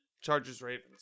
Chargers-Ravens